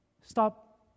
stop